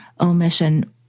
omission